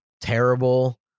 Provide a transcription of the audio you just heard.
terrible